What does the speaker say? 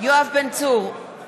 יואב בן צור, נגד